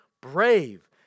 brave